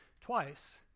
twice